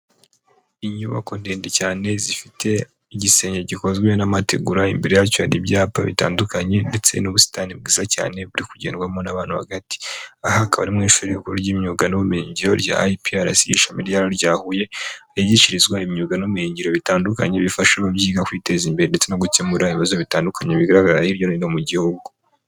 Inyubako ndende cyane zifite igisenge gikozwe n'amategura, imbere yacyo hari ibyapa bitandukanye ndetse n'ubusitani bwiza cyane buri kugendwamo n'abantu hagati. Aha akaba ari mu ishuri rikuru ry'imyuga n'ubumenyinyigiro rya IPRC ishami ryayo rya Huye, higishirizwa imyuga n'ubumenyigiro bitandukanye, bifasha ababyiga kwiteza imbere ndetse no gukemura ibibazo bitandukanye bigaragara hirya no hino mu gihugu.